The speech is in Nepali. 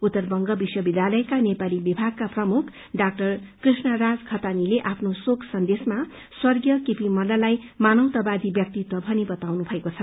उत्तर बंग विश्वविद्यालयका नेपाली विमागका प्रमुख डा कृष्णराज षतानीले आफ्नो शोक सन्देश्रमा स्वर्गीय केपी मल्ललाई मानवतावादी व्यक्तित्व भनी बताउनु मएको छ